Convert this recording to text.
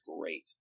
great